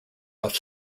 rough